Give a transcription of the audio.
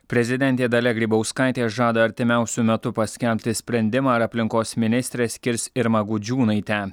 prezidentė dalia grybauskaitė žada artimiausiu metu paskelbti sprendimą ar aplinkos ministre skirs irmą gudžiūnaitę